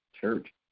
Church